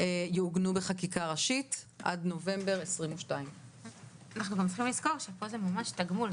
יעוגנו בחקיקה ראשית עד נובמבר 2022. אנחנו גם צריכים לזכור שפה זה ממש תגמול,